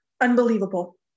unbelievable